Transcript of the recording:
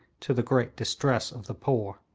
to the great distress of the poor.